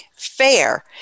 fair